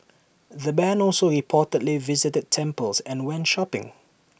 the Band also reportedly visited temples and went shopping